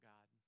God